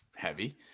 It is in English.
heavy